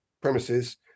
premises